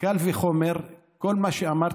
קל וחומר, כל מה שאמרתם,